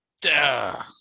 Duh